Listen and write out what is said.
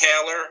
Taylor